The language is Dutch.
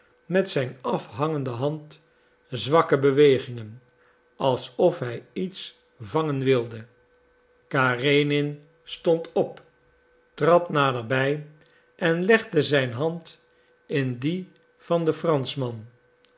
met zijn afhangende hand zwakke bewegingen alsof hij iets vangen wilde karenin stond op trad naderbij en legde zijn hand in die van den franschman